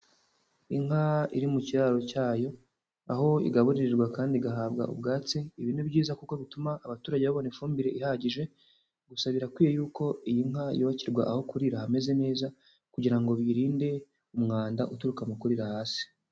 Inka iri mu kiraro cyayo, aho igaburirirwa kandi igahabwa ubwatsi, ibi ni byiza kuko bituma abaturage babona ifumbire ihagije, gusa birakwiye yuko iyi nka yubakirwa aho kurira hameze neza, kugira ngo biyirinde umwanda uturuka mu kurira hasi.